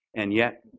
and yet,